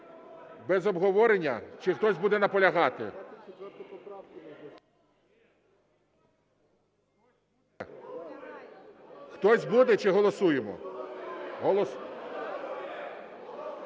Без обговорення, чи хтось буде наполягати? Хтось буде чи голосуємо? (Шум